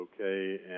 okay